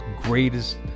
greatest